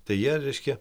tai jie reiškia